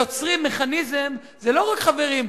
יוצרים מכניזם, חברים,